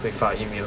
会发 email